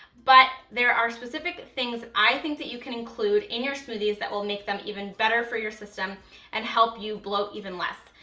but there are specific things i think that you can include in your smoothies that will make them even better for your system and help you bloat even less.